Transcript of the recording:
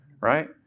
right